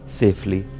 safely